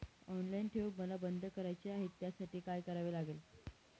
Online ठेव मला बंद करायची आहे, त्यासाठी काय करावे लागेल?